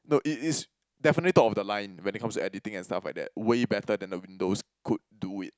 no it it's definitely top of the line when it comes to editing and stuff like that way better than the windows could do it